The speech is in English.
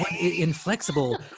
inflexible